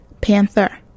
Panther